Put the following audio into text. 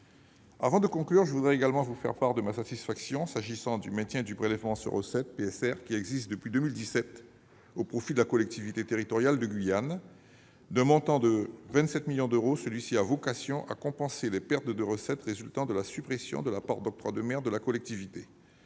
Avant de conclure, je tiens à exprimer ma satisfaction concernant le maintien du prélèvement sur recettes (PSR), qui existe depuis 2017, au profit de la collectivité territoriale de Guyane (CTG). D'un montant de 27 millions d'euros, celui-ci a vocation à compenser les pertes de recettes résultant de la suppression de la part d'octroi de mer de la collectivité.